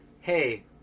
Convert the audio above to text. Hey